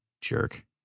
jerk